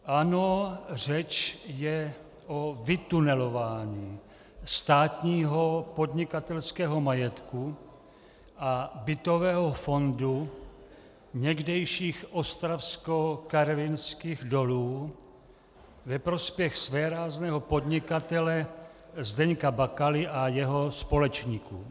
Ano, řeč je o vytunelování státního podnikatelského majetku a bytového fondu někdejších Ostravskokarvinských dolů ve prospěch svérázného podnikatele Zdeňka Bakaly a jeho společníků.